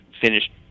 finished